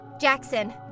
Jackson